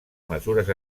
mesures